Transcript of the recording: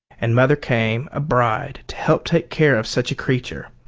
and mother came, a bride, to help take care of such a creature,